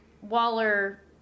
Waller